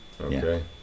Okay